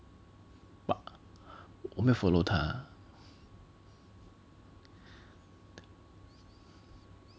我没有 follow 他